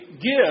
give